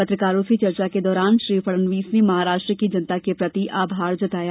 पत्रकारों से चर्चा के दौरान श्री फडणवीस ने महाराष्ट्र की जनता के प्रति आभार जताया